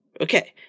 Okay